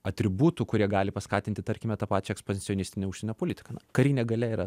atributų kurie gali paskatinti tarkime tą pačią ekspansionistinę užsienio politiką na karinė galia yra